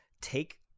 take